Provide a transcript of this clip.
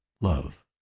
love